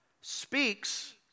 speaks